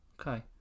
okay